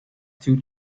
two